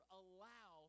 allow